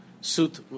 suit